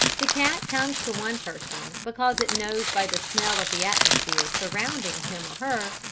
the cat comes to one person because it knows by the smell of the atmosphere surrounding him, or her,